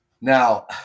Now